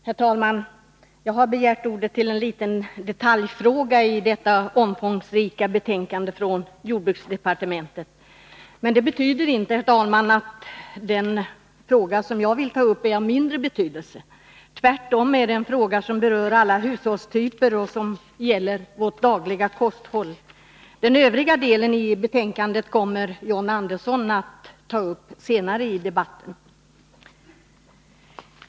Herr talman! Jag har begärt ordet för att diskutera en detaljfråga i detta omfångsrika förslag från jordbruksdepartementet. Men det betyder inte, herr talman, att den fråga jag vill ta upp är av mindre betydelse. Tvärtom är det en fråga som berör alla hushållstyper och vårt dagliga kosthåll. Övriga delar av betänkandet kommer John Andersson att diskutera senare i debatten.